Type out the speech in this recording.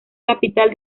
capital